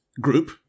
group